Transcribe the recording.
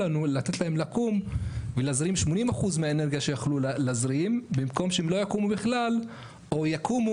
למה שהיזמים לא יריבו על התעריף?